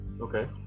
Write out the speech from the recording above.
Okay